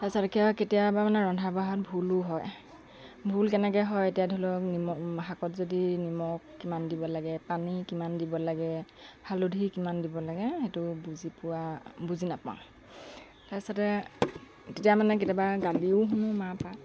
তাৰ পাছত কি হয় মানে কেতিয়াবা ৰন্ধা বঢ়াত ভুলো হয় ভুল কেনেকৈ হয় এতিয়া ধৰি লওঁক নিমখ শাকত যদি নিমখ কিমান দিব লাগে পানী কিমান দিব লাগে হালধি কিমান দিব লাগে সেইটো বুজি পোৱা বুজি নাপাওঁ তাৰ পাছতে তেতিয়া মানে কেতিয়াবা গালিও শুনো মাৰ পৰা